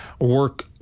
work